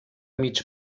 mig